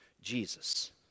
Jesus